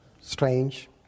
strange